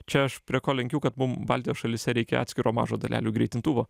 čia aš prie ko lenkiu kad mum baltijos šalyse reikia atskiro mažo dalelių greitintuvo